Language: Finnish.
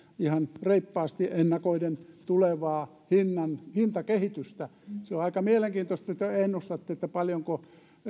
ihan reippaasti ennakoiden tulevaa hintakehitystä se on aika mielenkiintoista että te ennustatte paljonko